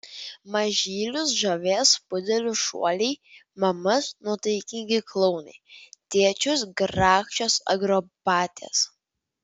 mažylius žavės pudelių šuoliai mamas nuotaikingi klounai tėčius grakščios akrobatės